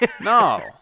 No